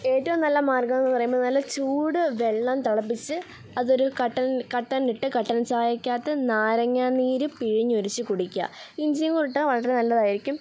ഏറ്റവും നല്ല മാർഗ്ഗമെന്നു പറയുന്നതു നല്ല ചൂട് വെള്ളം തിളപ്പിച്ച് അതൊരു കട്ടനിൽ കട്ടനിലിട്ട് കട്ടൻ ചായക്കകത്ത് നാരങ്ങാ നീര് പിഴിഞ്ഞൊഴിച്ച് കുടിക്കുക ഇഞ്ചിയും കൂടി ഇട്ടാൽ വളരെ നല്ലതായിരിക്കും